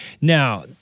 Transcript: now